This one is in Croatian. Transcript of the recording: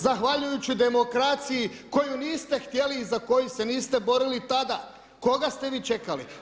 Zahvaljujući demokraciji koju niste htjeli i za koju se niste borili tada, koga ste vi čekali?